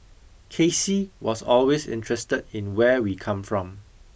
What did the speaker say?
K C was always interested in where we come from